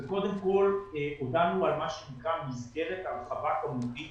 זה קודם כל הובלנו מה שנקרא מסגרת הרחבה כמותית